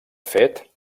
fet